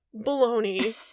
baloney